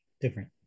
Different